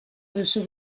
duzu